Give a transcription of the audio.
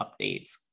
updates